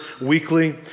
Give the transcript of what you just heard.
weekly